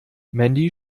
mandy